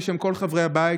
בשם כל חברי הבית,